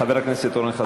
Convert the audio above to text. חבר הכנסת אורן חזן,